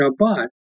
Shabbat